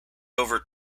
over